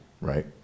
right